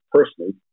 personally